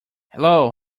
hello